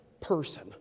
person